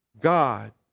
God